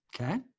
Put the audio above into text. Okay